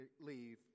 leave